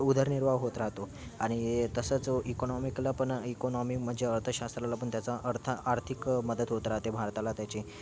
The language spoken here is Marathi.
उदरनिर्वाह होत राहतो आणि तसंच इकोनॉमीकला पन इकोनॉमी म्हनजे अर्थशास्त्राला पन त्याचा अर्थ आर्थिक मदत होत राहते भारताला त्याची